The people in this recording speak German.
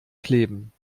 kleben